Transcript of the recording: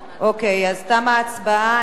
אוקיי, אז תמה ההצבעה.